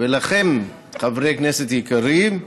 לכם, חברי כנסת יקרים: